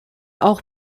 auch